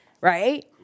right